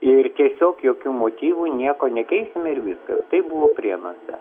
ir tiesiog jokių motyvų nieko nekeisime ir viskas tai buvo prienuose